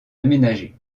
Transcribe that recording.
aménagé